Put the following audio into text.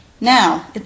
Now